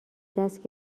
دست